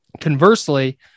Conversely